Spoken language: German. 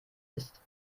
ist